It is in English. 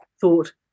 thought